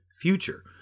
future